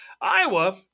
Iowa